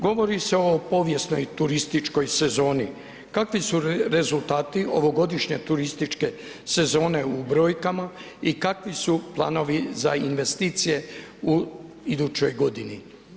Govori se o povijesnoj turističkoj sezoni, kakvi su rezultati ovogodišnje turističke sezone u brojkama i kakvi usu planovi za investicije u idućoj godini?